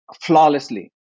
flawlessly